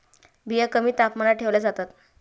बिया कमी तापमानात ठेवल्या जातात